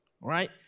right